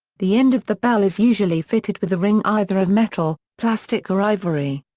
the end of the bell is usually fitted with a ring, either of metal, plastic or ivory.